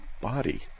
body